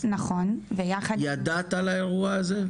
נכון ידעת על האירוע הזה?